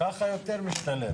ככה יותר משתלם.